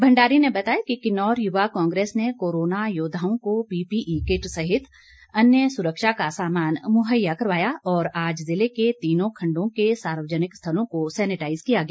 भंडारी ने बताया कि किन्नौर युवा कांग्रेस ने कोरोना योद्वाओं को पीपीई किट सहित अन्य सुरक्षा का सामान मुहैया करवाया और आज ज़िले के तीनों खण्डों के सार्वजनिक स्थलों को सैनिटाइज किया गया